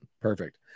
Perfect